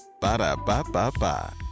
Ba-da-ba-ba-ba